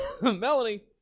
Melanie